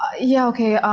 yeah okay,